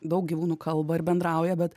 daug gyvūnų kalba ir bendrauja bet